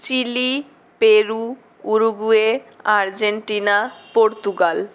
Chile Peru Uruguay Argentina Portugal